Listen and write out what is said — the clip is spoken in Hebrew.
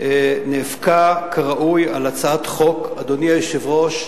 נאבקה כראוי על הצעת החוק, אדוני היושב-ראש,